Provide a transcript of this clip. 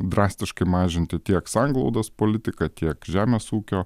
drastiškai mažinti tiek sanglaudos politiką tiek žemės ūkio